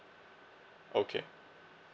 okay